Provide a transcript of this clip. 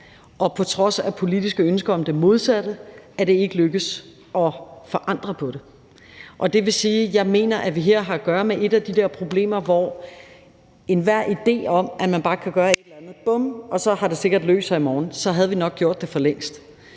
og på trods af politiske ønsker om det modsatte er det ikke lykkedes at forandre det. Det vil sige, mener jeg, at vi her har at gøre med et af de der problemer, hvor enhver idé om, at man bare kan gøre et eller andet med et fingerknips og bum!, så har det sikkert løst sig i morgen, ikke holder, for så havde vi nok gjort det for længst.